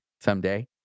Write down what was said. someday